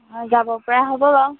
হয় যাব পৰা হ'ব বাৰু